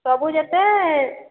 ସବୁ ଯେତେ